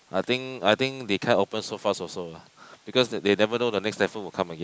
I think I think they can't open so fast also lah because they never know the next typhoon will come again